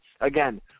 Again